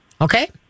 Okay